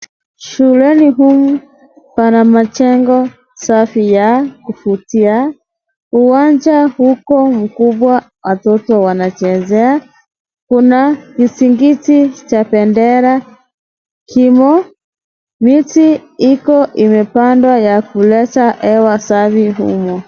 Shuleni humu pana mjengo safi ya kuvutia. uwanja uko mkupwa watoto wanachezea. Kuanakisingiti Cha bendera kimo. Miti Iko imepandwa ya kuleta hewa safi humo.